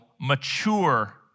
mature